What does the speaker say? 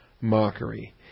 mockery